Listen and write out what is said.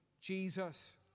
Jesus